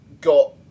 got